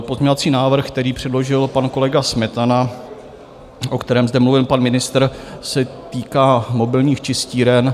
Pozměňovací návrh, který předložil pan kolega Smetana, o kterém zde mluvil pan ministr, se týká mobilních čistíren.